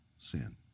sin